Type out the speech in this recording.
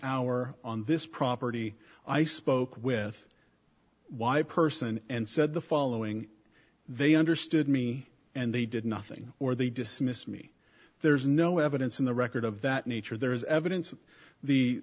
hour on this property i spoke with why a person and said the following they understood me and they did nothing or they dismissed me there's no evidence in the record of that nature there is evidence